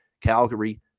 Calgary